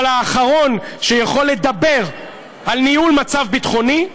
אבל האחרון, שיכול לדבר על ניהול מצב ביטחוני,